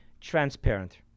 transparent